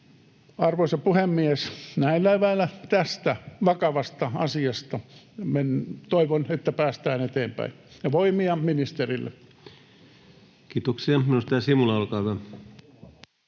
Arvoisa puhemies! Toivon, että näillä eväillä tästä vakavasta asiasta päästään eteenpäin, ja voimia ministerille. Kiitoksia. — Edustaja Simula, olkaa hyvä.